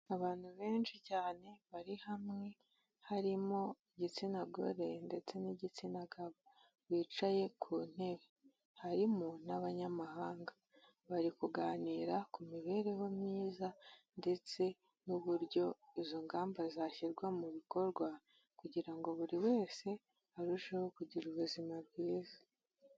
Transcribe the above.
Abantu benshi cyane bari hamwe harimo igitsina gore ndetse n'igitsina gabo bicaye ku ntebe harimo n'abanyamahanga, bari kuganira ku mibereho myiza ndetse n'uburyo izo ngamba zashyirwa mu bikorwa kugira ngo buri wese arusheho kugira ubuzima bwiza.